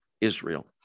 Israel